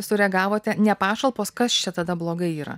sureagavote ne pašalpos kas čia tada blogai yra